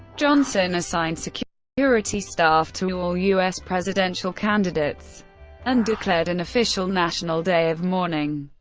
johnson assigned so security staff to all u s. presidential candidates and declared an official national day of mourning.